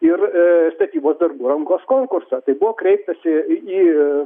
ir statybos darbų rangos konkursą tai buvo kreipęsi į